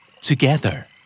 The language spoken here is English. Together